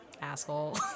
asshole